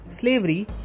Slavery